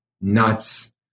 nuts